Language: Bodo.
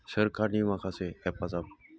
सरखारनि माखासे हेफाजाबखौ